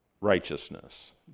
righteousness